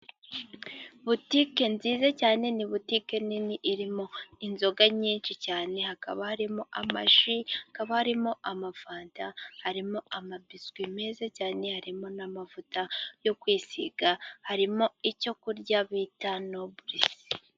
Butike nziza cyane, ni butike nini irimo inzoga nyinshi cyane, hakaba harimo amaji, hakaba harimo amafata, harimo amabiswi meza cyane, harimo n'amavuta yo kwisiga, harimo icyo kurya bita noburisi.